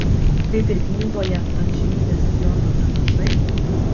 kaip ir knygoje amžinybės fjordo pranašai